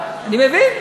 היושב-ראש.